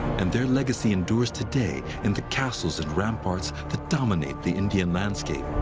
and their legacy endures today in the castles and ramparts that dominate the indian landscape.